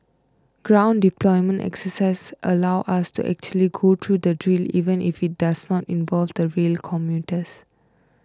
ground deployment exercises allow us to actually go through the drill even if it does not involve the rail commuters